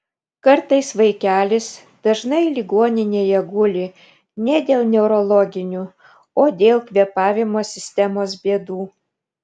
kartais vaikelis dažnai ligoninėje guli ne dėl neurologinių o dėl kvėpavimo sistemos bėdų